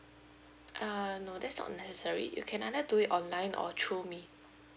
uh no that's not necessary you can either do it online or through me